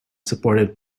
supported